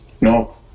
no